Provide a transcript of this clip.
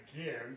again